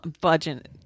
budget